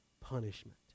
punishment